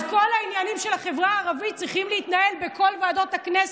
אז כל העניינים של החברה הערבית צריכים להתנהל בכל ועדות הכנסת,